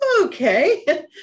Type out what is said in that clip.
okay